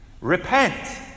Repent